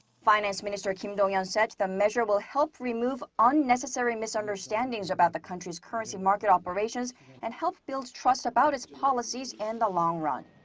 finance minister kim dong-yeon said the measure will help remove unnecessary misunderstandings about the country's currency market operations and help build trust about its policies in and the long run.